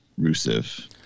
Rusev